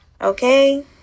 Okay